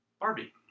Barbie